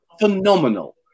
phenomenal